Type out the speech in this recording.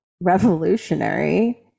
revolutionary